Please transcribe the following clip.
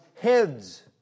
heads